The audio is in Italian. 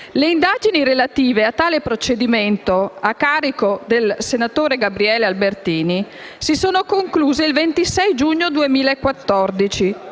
Le indagini relative a tale procedimento a carico del senatore Albertini si sono concluse il 26 giugno 2014,